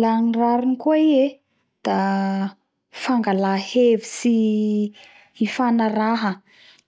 La ny rariny koa i e da fangala hevitsy ifanaraha